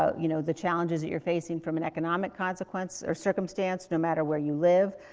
ah you know, the challenges that you're facing from an economic consequence or circumstance, no matter where you live.